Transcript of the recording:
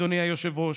אדוני היושב-ראש,